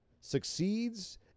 succeeds